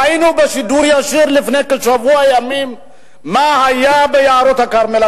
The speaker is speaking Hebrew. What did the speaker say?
ראינו בשידור ישיר לפני כשבוע ימים מה היה ביערות הכרמל,